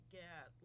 get